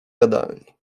jadalni